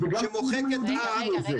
שמוחקת עם,